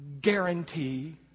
guarantee